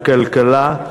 הכלכלה,